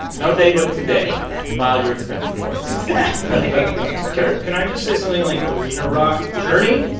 no day but today exactly file your expense reports exactly kirk? can i just say something, like, arena rock, journey?